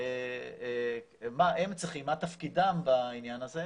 מה תפקידם בעניין הזה.